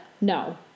No